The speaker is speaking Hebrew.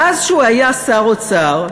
מאז שהוא היה שר אוצר,